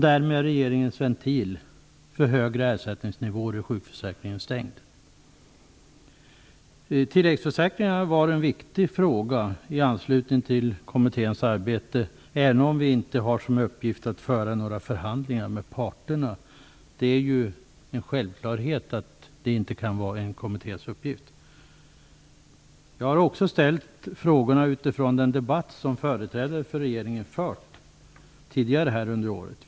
Därmed är regeringens ventil för högre ersättningsnivåer i sjukförsäkringen stängd. Tilläggsförsäkringarna var en viktig fråga i anslutning till kommitténs arbete, även om vi inte har som uppgift att föra några förhandlingar med parterna. Det är ju en självklarhet att det inte kan vara en kommittés uppgift. Jag har också ställt frågorna utifrån den debatt som företrädare för regeringen fört tidigare under året.